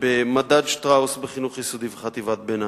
במדד שטראוס, בחינוך יסודי וחטיבת-ביניים,